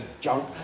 junk